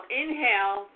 inhale